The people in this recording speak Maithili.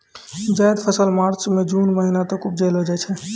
जैद फसल मार्च सें जून महीना तक उपजैलो जाय छै